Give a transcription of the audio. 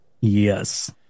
Yes